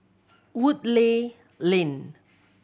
Woodleigh Lane